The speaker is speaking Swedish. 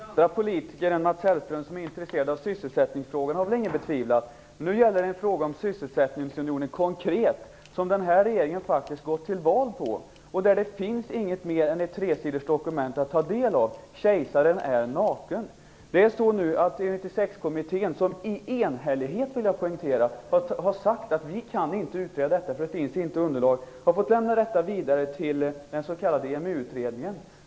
Herr talman! Att det finns andra politiker än Mats Hellström som är intresserade av sysselsättningsfrågor har väl ingen betvivlat. Men nu gällde det en konkret fråga om sysselsättningsunionen, som den här regeringen faktiskt gått till val på, och där det inte finns mer än ett tresidigt dokument att ta del av. Kejsaren är naken. EU-96-kommittén, som i enhällighet - jag vill poängtera detta - har sagt att den inte kan utreda detta eftersom det inte finns underlag, har fått lämna detta vidare till den s.k. EMU-utredningen.